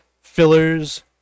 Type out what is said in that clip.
fillers